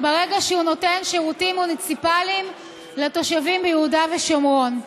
ברגע שהוא נותן שירותים מוניציפליים לתושבים ביהודה ושומרון.